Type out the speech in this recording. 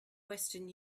western